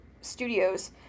studios